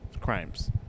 crimes